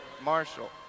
Marshall